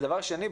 דבר השני,